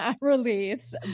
release